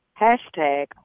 hashtag